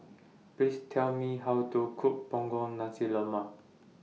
Please Tell Me How to Cook Punggol Nasi Lemak